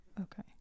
Okay